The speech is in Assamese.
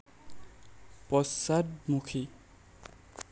পশ্চাদমুখী